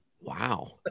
Wow